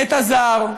נטע זר,